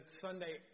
Sunday